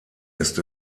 ist